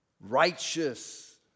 Righteous